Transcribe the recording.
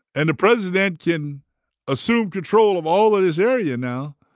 and the president can assume control of all of this area now,